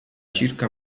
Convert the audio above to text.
circa